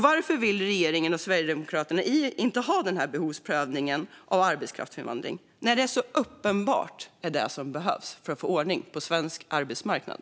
Varför vill regeringen och Sverigedemokraterna inte ha behovsprövning av arbetskraftsinvandring när det är så uppenbart att det är vad som behövs för att få ordning på svensk arbetsmarknad?